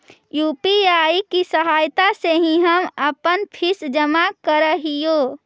UPI की सहायता से ही हम अपन फीस जमा करअ हियो